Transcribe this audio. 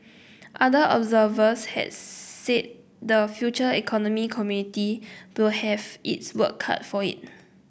other observers had said the Future Economy Committee will have its work cut for it